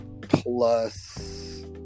plus